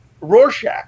Rorschach